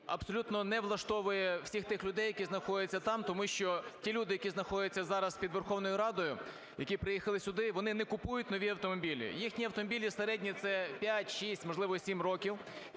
абсолютно не влаштовує всіх тих людей, які знаходяться там, тому що ті люди, які знаходяться зараз під Верховною Радою, які приїхали сюди, вони не купують нові автомобілі, їхні автомобілі середні – це 5-6, можливо, 7 років,